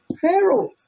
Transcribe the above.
Pharaoh